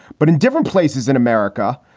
but in different places in america,